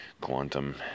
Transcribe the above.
Quantum